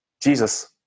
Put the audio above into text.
Jesus